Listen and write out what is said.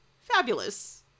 fabulous